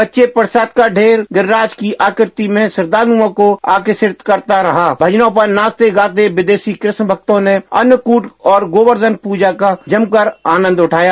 कच्चे प्रसाद का ढेर गिरिराज की आकृति में श्रद्धालुओं को आकर्षित करता रहा भजनों पर नाचते गाते विदेशी कृष्ण भक्तों ने अन्नकूट और गोवर्धन पूजा का जमकर आनंद उठाया